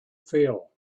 feel